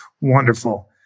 Wonderful